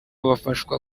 bafashwa